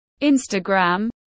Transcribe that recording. Instagram